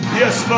yes